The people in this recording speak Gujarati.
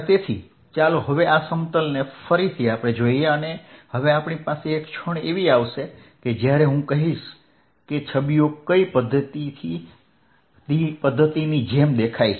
તેથી ચાલો હવે આ સમતલને ફરી જોઈએ અને હવે આપણી પાસે એક ક્ષણ એવી આવશે કે જ્યારે હું કહી શકીશ કે છબીઓ કઈ પદ્ધતિની જેમ દેખાય છે